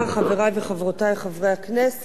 חברי וחברותי חברי הכנסת,